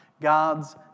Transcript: God's